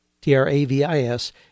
T-R-A-V-I-S